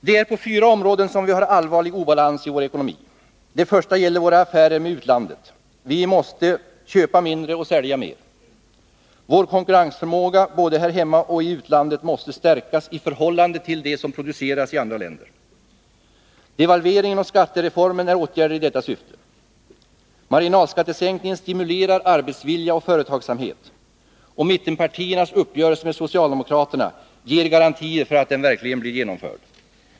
Det är på fyra områden som vi har allvarlig obalans i vår ekonomi. Det första gäller våra affärer med utlandet. Vi måste köpa mindre och sälja mer. Vår konkurrensförmåga både här hemma och i utlandet måste stärkas i förhållande till det som produceras i andra länder. Devalveringen och skattereformen är åtgärder i detta syfte. Marginalskattesänkningen stimulerar arbetsviljan och företagsamhet. Mittenpartiernas uppgörelse med socialdemokraterna ger garantier för att den verkligen blir genomförd.